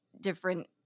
different